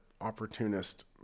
opportunist